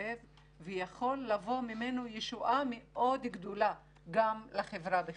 כואב ויכולה לבוא ממנו ישועה גדולה לחברה בכלל.